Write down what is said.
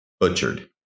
Butchered